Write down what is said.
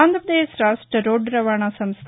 ఆంధ్రప్రదేశ్ రాష్ట రోడ్దు రవాణా సంస్ట